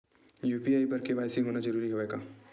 UPI बर KYC होना जरूरी हवय का?